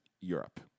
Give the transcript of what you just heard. Europe